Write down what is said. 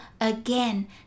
again